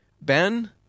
Ben